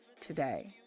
today